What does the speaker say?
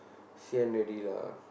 sian already lah